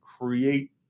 create